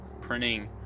printing